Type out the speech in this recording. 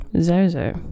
Zozo